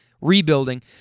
rebuilding